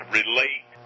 relate